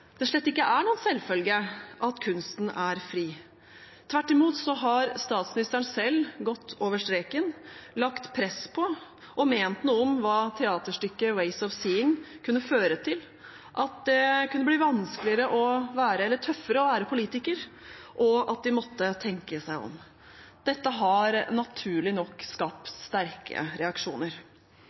det slett ikke er noen selvfølge at kunsten er fri. Tvert imot har statsministeren selv gått over streken, lagt press på og ment noe om hva teaterstykket Ways of Seeing kunne føre til, at det kunne bli tøffere å være politiker, og at de måtte tenke seg om. Dette har naturlig nok skapt sterke reaksjoner.